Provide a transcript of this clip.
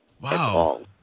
Wow